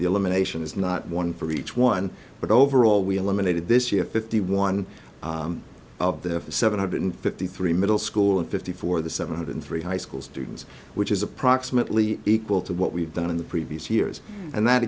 the elimination is not one for each one but overall we eliminated this year fifty one of the seven hundred fifty three middle school and fifty four the seven hundred three high school students which is approximately equal to what we've done in the previous years and that